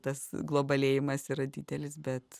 tas globalėjimas yra didelis bet